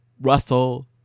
Russell